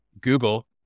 Google